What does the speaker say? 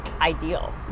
ideal